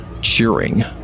cheering